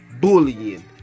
bullying